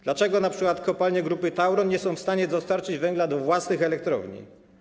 Dlaczego np. kopalnie Grupy Tauron nie są w stanie dostarczyć węgla do własnych elektrowni?